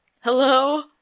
Hello